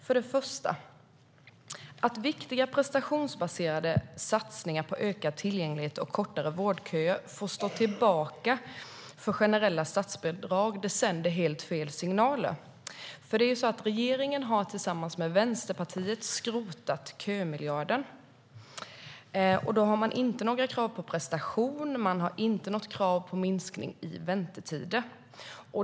För det första: Att viktiga prestationsbaserade satsningar på ökad tillgänglighet och kortare vårdköer får stå tillbaka för generella statsbidrag sänder helt fel signaler. Regeringen har tillsammans med Vänsterpartiet skrotat kömiljarden. Man har inte några krav på prestation eller på minskning av väntetider.